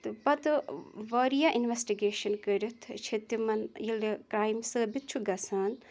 تہٕ پَتہٕ واریاہ اِنویٚسٹِگیشَن کٔرِتھ چھِ تِمَن ییٚلہِ کرٛایم ثٲبِت چھُ گژھان